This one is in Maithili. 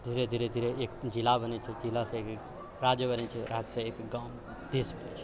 धीरे धीरे धीरे एक जिला बनै छै जिलासँ एक राज्य बनै छै राज्यसँ एक गाँव देश बनै छै